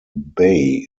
bay